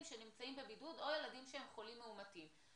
שנמצאים בבידוד או ילדים שהם חולים מאומתים.